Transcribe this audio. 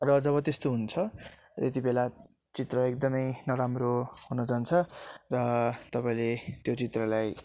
र जब त्यस्तो हुन्छ त्यति बेला चित्र एकदमै नराम्रो हुन जान्छ र तपाईँले त्यो चित्रलाई